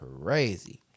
crazy